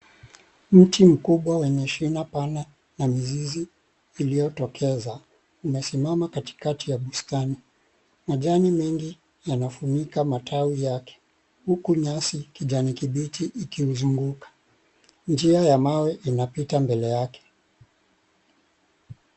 Mti mkubwa wenye shina pana na mizizi iliyotokeza. Imesimama katikati ya bustani. Majani mengi yanafunika matawi yake .Huku nyasi ya kijani kibichi ikiizunguka. Njia ya mawe inapita kando yake.